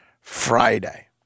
Friday